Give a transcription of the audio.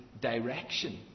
direction